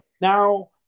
Now